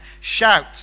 Shout